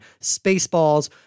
Spaceballs